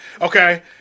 okay